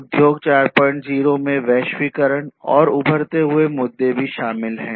उद्योग 40 में वैश्वीकरण और उभरते हुए मुद्दे भी शामिल है